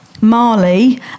Marley